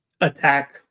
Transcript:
attack